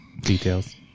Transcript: details